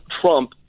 Trump